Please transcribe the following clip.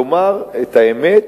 לומר את האמת,